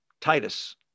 Titus